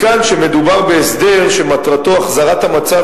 מכאן שמדובר בהסדר שמטרתו החזרת המצב